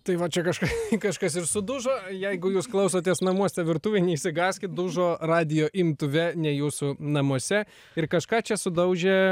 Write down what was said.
tai va čia kažkas kažkas ir sudužo jeigu jūs klausotės namuose virtuvėj neišsigąskit dužo radijo imtuve ne jūsų namuose ir kažką čia sudaužė